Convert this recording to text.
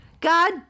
God